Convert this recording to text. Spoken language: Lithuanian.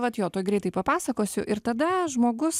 vat jo tuoj greitai papasakosiu ir tada žmogus